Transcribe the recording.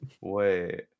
Wait